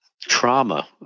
trauma